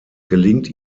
gelingt